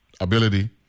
ability